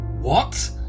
What